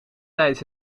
tijdens